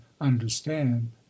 understand